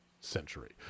century